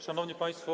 Szanowni Państwo!